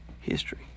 history